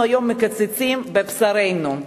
אנחנו היום מקצצים בבשרנו,